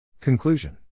Conclusion